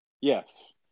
Yes